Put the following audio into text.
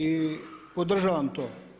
I podržavam to.